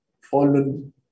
fallen